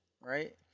right